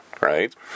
right